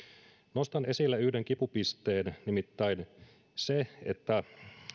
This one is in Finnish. nostan esille yhden kipupisteen nimittäin sen että